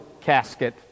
casket